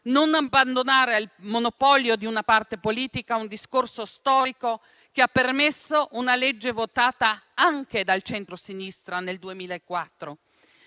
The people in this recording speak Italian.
non abbandonare al monopolio di una parte politica un discorso storico che ha permesso una legge votata anche dal centrosinistra nel 2004.